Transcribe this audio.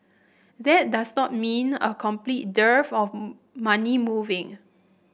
that does not mean a complete dearth of money moving